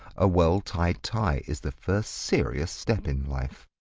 a well-tied tie is the first serious step in life.